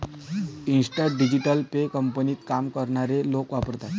instant digital pay कंपनीत काम करणारे लोक वापरतात